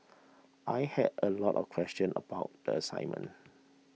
I had a lot of questions about the assignment